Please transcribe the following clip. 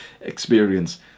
experience